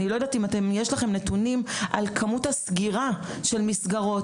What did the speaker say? אני לא יודעת אם יש לכם נתונים על כמות הסגירה של מסגרות,